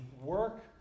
work